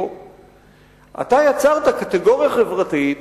יצרת קטגוריה חברתית